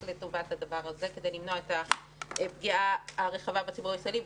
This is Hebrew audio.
לטובת הדבר הזה כדי למנוע את הפגיעה הרחבה בציבור הישראלי,